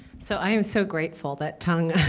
so i am so grateful that tung